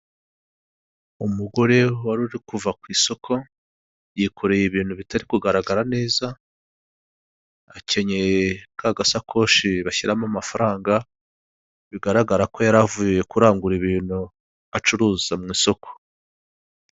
Umugore wari uri kuva ku isoko yikoreye ibintu bitari kugaragara neza, akenyeye kagasakoshi bashyiramo amafaranga, bigaragara ko yari avuye kurangura ibintu acuruza mu isoko.